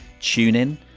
TuneIn